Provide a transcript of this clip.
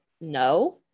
No